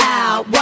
out